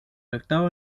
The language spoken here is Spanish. octavo